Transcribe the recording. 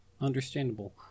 Understandable